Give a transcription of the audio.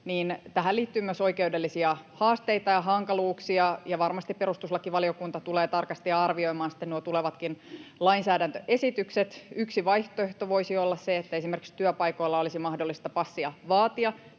tähän liittyy myös oikeudellisia haasteita ja hankaluuksia, ja varmasti perustuslakivaliokunta tulee tarkasti arvioimaan sitten nuo tulevatkin lainsäädäntöesitykset. Yksi vaihtoehto voisi olla se, että esimerkiksi työpaikoilla olisi mahdollista passia vaatia.